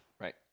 Right